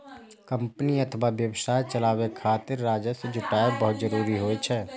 company अथवा व्यवसाय चलाबै खातिर राजस्व जुटायब बहुत जरूरी होइ छै